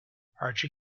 archie